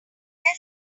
their